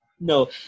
no